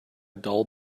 dull